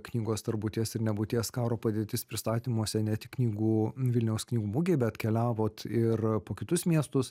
knygos tarp būties ir nebūties karo padėtis pristatymuose ne tik knygų vilniaus knygų mugėj bet keliavot ir po kitus miestus